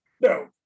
No